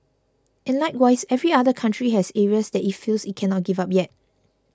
and likewise every other country has areas that it feels it cannot give up yet